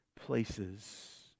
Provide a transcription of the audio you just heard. places